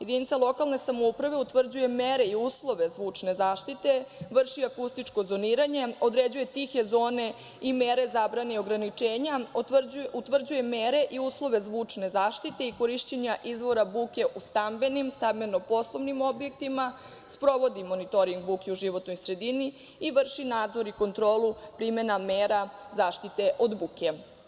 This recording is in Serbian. Jedinica lokalne samouprave utvrđuje mere i uslove zvučne zaštite, vrši akustičko zoniranje, određuje tihe zone i mere zabrane i ograničenja, utvrđuje mere i uslove zvučne zaštite i korišćenja izvora buke u stambenim, stambeno-poslovnim objektima, sprovodi monitoring buke u životnoj sredini i vrši nadzor i kontrolu primena mera zaštite od buke.